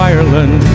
Ireland